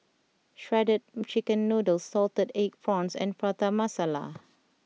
Shredded Chicken Noodles Salted Egg Prawns and Prata Masala